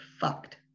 fucked